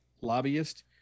lobbyist